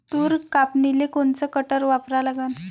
तूर कापनीले कोनचं कटर वापरा लागन?